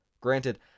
Granted